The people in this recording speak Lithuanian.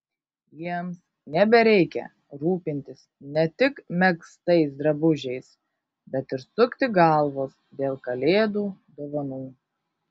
jiems nebereikia rūpintis ne tik megztais drabužiais bet ir sukti galvos dėl kalėdų dovanų